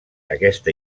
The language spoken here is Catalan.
aquesta